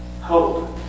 Hope